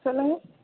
சொல்லுங்கள்